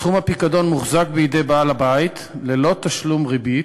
סכום הפיקדון מוחזק בידי בעל הבית ללא תשלום ריבית,